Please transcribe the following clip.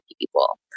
people